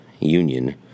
union